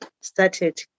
started